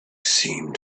seemed